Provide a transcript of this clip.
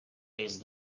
raised